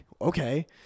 Okay